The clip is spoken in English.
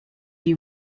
you